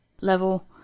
level